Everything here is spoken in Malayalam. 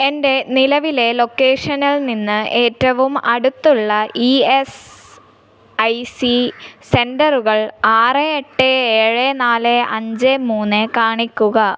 എൻ്റെ നിലവിലെ ലൊക്കേഷനിൽ നിന്ന് ഏറ്റവും അടുത്തുള്ള ഇ എസ് ഐ സി സെൻറ്ററുകൾ ആറ് എട്ട് ഏഴ് നാല് അഞ്ച് മൂന്ന് കാണിക്കുക